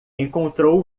encontrou